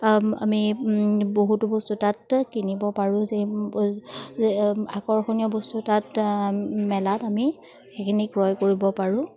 আমি বহুতো বস্তু তাত কিনিব পাৰোঁ যে আকৰ্ষণীয় বস্তু তাত মেলাত আমি সেইখিনি ক্ৰয় কৰিব পাৰোঁ